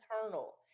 internal